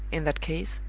in that case,